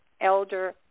elder